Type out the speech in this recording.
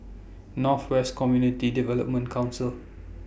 North West Community Development Council